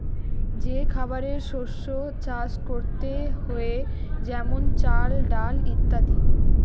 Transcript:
যে খাবারের শস্য চাষ করতে হয়ে যেমন চাল, ডাল ইত্যাদি